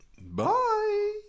Bye